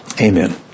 Amen